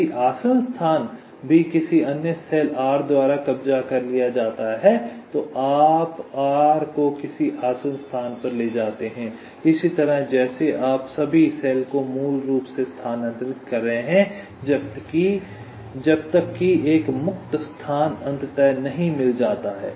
यदि आसन्न स्थान भी किसी अन्य सेल r द्वारा कब्जा कर लिया जाता है तो आप r को किसी आसन्न स्थान पर ले जाते हैं और इसी तरह जैसे आप सभी सेल को मूल रूप से स्थानांतरित कर रहे हैं जब तक कि एक मुक्त स्थान अंततः नहीं मिल जाता है